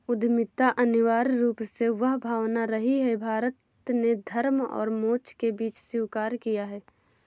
उद्यमिता अनिवार्य रूप से वह भावना रही है, भारत ने धर्म और मोक्ष के बीच स्वीकार किया है